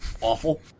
awful